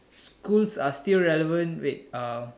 schools are still relevant wait uh